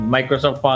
Microsoft